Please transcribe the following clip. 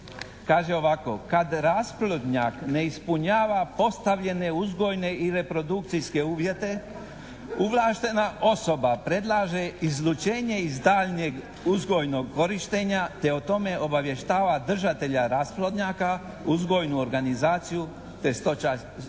Kaže ovako: "Kad rasplodnjak ne ispunjava postavljene uzgojne i reprodukcijske uvjete ovlaštena osoba predlaže izlučenje iz daljnjeg uzgojnog korištenja te o tome obavještava držatelja rasplodnjaka, uzgojnu organizaciju te stočnu